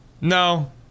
no